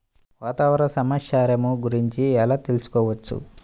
వాతావరణ సమాచారము గురించి ఎలా తెలుకుసుకోవచ్చు?